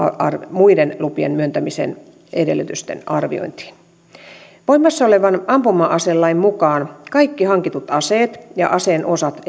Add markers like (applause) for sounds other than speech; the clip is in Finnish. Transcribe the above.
muiden lupien myöntämisen edellytysten arviointiin voimassa olevan ampuma aselain mukaan kaikki hankitut aseet ja aseen osat (unintelligible)